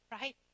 right